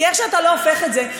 כי איך שאתה לא הופך את זה,